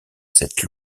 cette